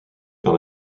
par